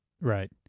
Right